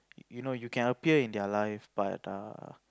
you know you can appear in their life but err